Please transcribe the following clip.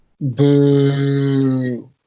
Boo